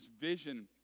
vision